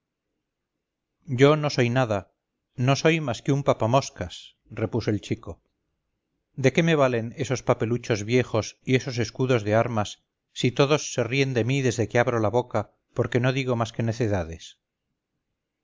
yo no soy nada no soy más que un papamoscas repuso el chico de qué me valen esos papeluchos viejos y esos escudos de armas si todos se ríen de mí desde que abro la boca porque no digo más que necedades